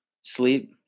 sleep